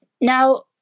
Now